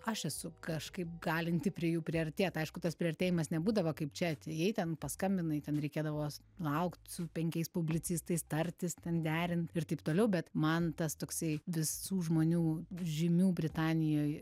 aš esu kažkaip galinti prie jų priartėt aišku tas priartėjimas nebūdavo kaip čia atėjai ten paskambinai ten reikėdavo laukt su penkiais publicistais tartis ten derint ir taip toliau bet man tas toksai visų žmonių žymių britanijoj